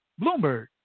Bloomberg